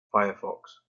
firefox